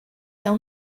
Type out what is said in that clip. tell